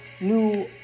new